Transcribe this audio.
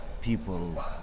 people